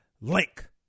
link